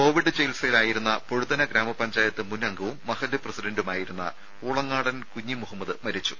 വയനാട്ടിൽ കോവിഡ് ചികിത്സയിലായിരുന്ന പൊഴുതന ഗ്രാമ പഞ്ചായത്ത് മുൻ അംഗവും മഹല്ല് പ്രസിഡന്റുമായിരുന്ന ഊളങ്ങാടൻ കുഞ്ഞിമുഹമ്മദ് മരിച്ചു